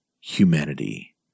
humanity